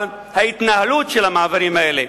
אבל ההתנהלות במעברים האלה,